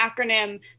acronym